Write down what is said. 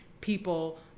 people